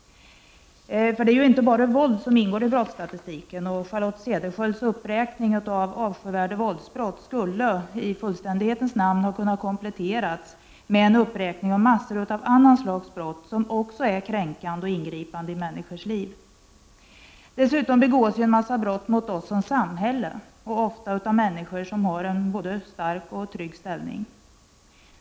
För det är ju inte enbart våld som ingår i brottsstatistiken. Charlotte Cederschiölds uppräkning av avskyvärda våldsbrott skulle i fullständighetens namn ha kunnat kompletteras med en uppräkning av massor av andra slags brott som också är kränkande och ingripande i människors liv. Dessutom begås en mängd brott mot oss som samhälle, ofta av människor som har en stark och trygg ställning i samhället.